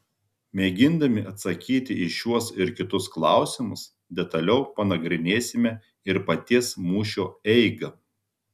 mėgindami atsakyti į šiuos ir kitus klausimus detaliau panagrinėsime ir paties mūšio eigą